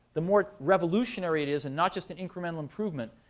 the more revolutionary it is and not just an incremental improvement,